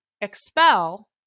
expel